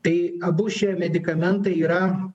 tai abu šie medikamentai yra